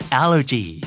allergy